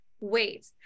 Wait